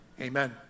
Amen